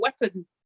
weapon